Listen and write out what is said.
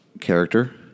character